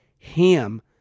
HAM